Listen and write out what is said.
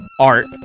art